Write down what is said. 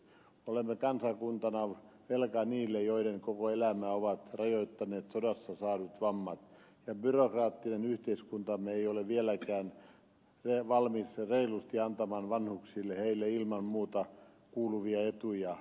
me olemme kansakuntana velkaa niille joiden koko elämää ovat rajoittaneet sodassa saadut vammat ja byrokraattinen yhteiskuntamme ei ole vieläkään valmis reilusti antamaan vanhuksille heille ilman muuta kuuluvia etuja